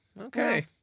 Okay